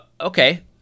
okay –